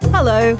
Hello